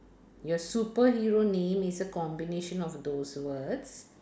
your super hero name is a combination of those words